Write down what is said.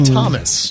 Thomas